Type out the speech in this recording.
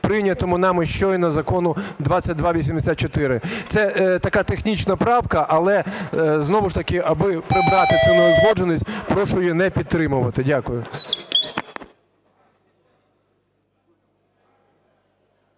прийнятому нами щойно Закону 2284. Це така технічна правка, але знову ж таки, аби прибрати цю неузгодженість, прошу її не підтримувати. Дякую.